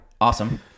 awesome